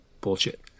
bullshit